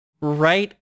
right